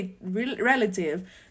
relative